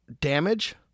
Damage